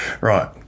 Right